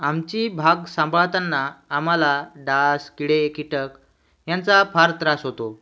आमची भाग सांभाळताना आम्हाला डास किडे कीटक ह्यांचा फार त्रास होतो